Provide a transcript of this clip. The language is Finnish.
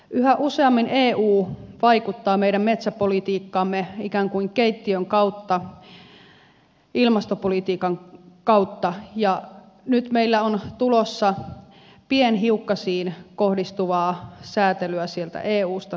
yhä useammin eu vaikuttaa meidän metsäpolitiikkaamme ikään kuin keittiön kautta ilmastopolitiikan kautta ja nyt meillä on tulossa pienhiukkasiin kohdistuvaa säätelyä sieltä eusta seuraavana